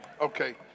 Okay